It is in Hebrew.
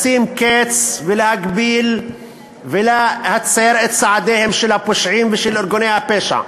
לשים קץ ולהגביל ולהצר את צעדיהם של הפושעים ושל ארגוני הפשע,